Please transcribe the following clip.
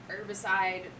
herbicide